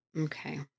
Okay